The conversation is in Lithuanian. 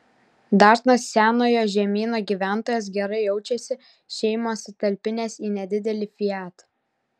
dažnas senojo žemyno gyventojas gerai jaučiasi šeimą sutalpinęs į nedidelį fiat